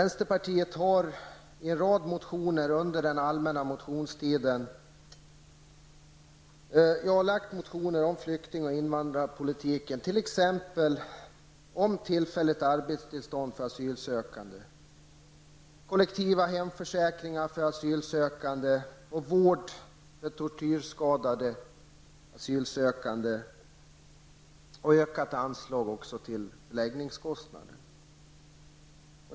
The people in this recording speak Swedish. Under den allmänna motionstiden har vänsterpartiet lagt fram ett antal motioner om flykting och invandrarpolitiken, t.ex. om tillfälligt arbetstillstånd för asylsökande, kollektiva hemförsäkringar för asylsökande, vård för tortyrskadade asylsökande samt ökat anslag till förläggningarna.